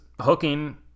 hooking